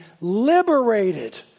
liberated